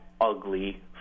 ugly